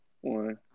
one